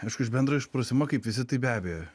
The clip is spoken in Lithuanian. aišku iš bendro išprusimo kaip visi tai be abejo